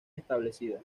establecida